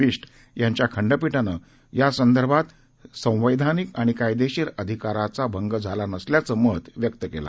बिश्ट यांच्या खंडपीठानं यासंदर्भात संवैधानिक आणि कायदेशीर अधिकारांचा भंग झाला नसल्याचं मत व्यक्त केलं